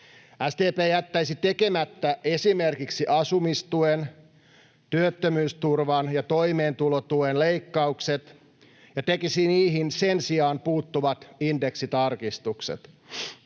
SDP jättäisi tekemättä esimerkiksi asumistuen, työttömyysturvan ja toimeentulotuen leikkaukset ja tekisi niihin sen sijaan puuttuvat indeksitarkistukset.